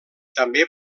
també